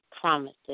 promises